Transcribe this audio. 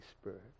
Spirit